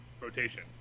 rotation